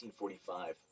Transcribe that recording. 1945